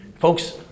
Folks